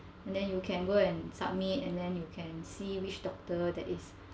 then you can go and submit and then you can see which doctor that is